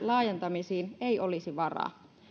laajentamisiin ei olisi varaa